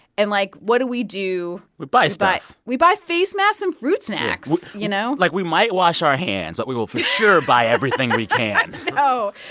and, like, what do we do? we buy stuff we buy face masks and fruit snacks, you know? like, we might wash our hands. but we will for sure. buy everything we can i know.